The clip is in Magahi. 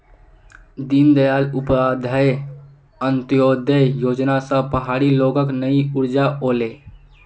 दीनदयाल उपाध्याय अंत्योदय योजना स पहाड़ी लोगक नई ऊर्जा ओले